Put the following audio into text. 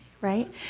right